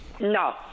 No